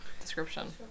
description